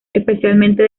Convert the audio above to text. especialmente